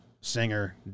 singer